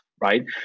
right